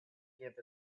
give